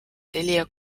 telia